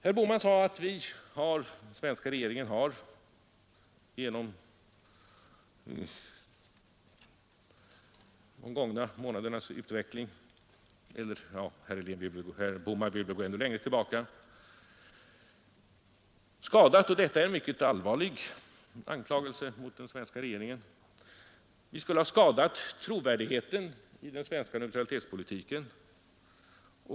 Herr Bohman sade att den svenska regeringen under de gångna månadernas utveckling — ja, han ville väl gå ännu längre tillbaka i tiden — hade skadat trovärdigheten i den svenska neutralitetspolitiken.